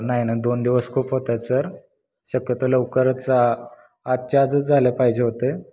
नाही नाही दोन दिवस खूप होत आहेत सर शक्यतो लवकरच आजच्या आजच झाले पाहिजे होते